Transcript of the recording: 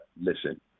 listen